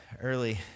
Early